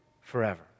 forever